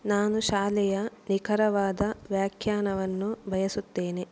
ನಾನು ಶಾಲೆಯ ನಿಖರವಾದ ವ್ಯಾಖ್ಯಾನವನ್ನು ಬಯಸುತ್ತೇನೆ